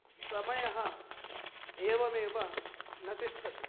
समयः एवमेव न तिष्ठति